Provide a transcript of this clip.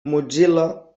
mozilla